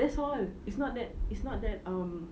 that's all it's not that it's not that um